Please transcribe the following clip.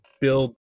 build